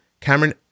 Cameron